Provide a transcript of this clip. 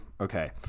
okay